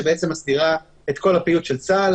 שבעצם מסדירה את כל הפעילות של צה"ל,